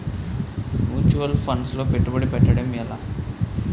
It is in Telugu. ముచ్యువల్ ఫండ్స్ లో పెట్టుబడి పెట్టడం ఎలా?